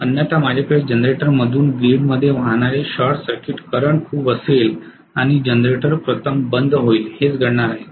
अन्यथा माझ्याकडे जनरेटरमधून ग्रीडमध्ये वाहणारे शॉर्ट सर्किट करंट खूप असेल आणि जनरेटर प्रथम बन्द होईल हेच घडणार आहे